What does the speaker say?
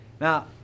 Now